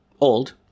old